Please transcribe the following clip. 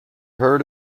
heard